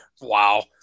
Wow